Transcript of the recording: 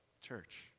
church